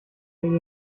های